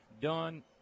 done